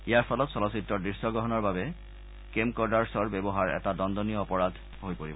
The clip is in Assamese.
ইয়াৰ ফলত চলচ্চিত্ৰৰ দৃশ্যগ্ৰহণৰ বাবে কেমকৰ্ডাৰ্ছৰ ব্যৱহাৰ এটা দণ্ডনীয় অপৰাধ হৈ পৰিব